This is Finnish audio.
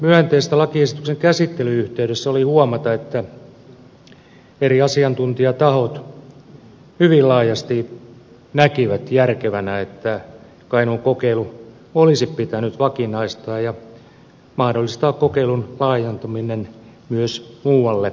hyvin myönteistä lakiesityksen käsittelyn yhteydessä oli huomata että eri asiantuntijatahot hyvin laajasti näkivät järkevänä että kainuun kokeilu olisi pitänyt vakinaistaa ja mahdollistaa kokeilun laajentuminen myös muualle suomeen